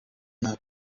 yabo